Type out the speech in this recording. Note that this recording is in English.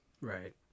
Right